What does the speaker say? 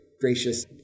gracious